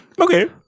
Okay